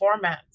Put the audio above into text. formats